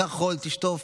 קח חול, תשטוף.